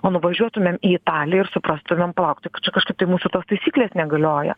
o nuvažiuotumėm į italiją ir suprastumėm plauk tai kad čia kažkaip tai mūsų taisyklės negalioja